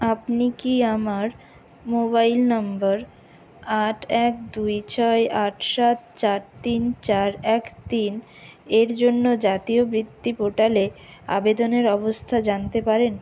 আপনি কি আমার মোবাইল নাম্বার আট এক দুই ছয় আট সাত চার তিন চার এক তিন এর জন্য জাতীয় বৃত্তি পোর্টালে আবেদনের অবস্থা জানতে পারেন